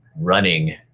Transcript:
running